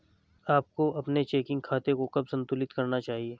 आपको अपने चेकिंग खाते को कब संतुलित करना चाहिए?